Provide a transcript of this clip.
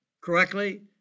correctly